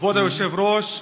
כבוד היושב-ראש,